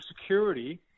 Security